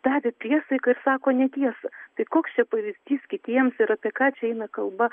davė priesaiką ir sako netiesą tai koks pavyzdys kitiems ir apie ką čia eina kalba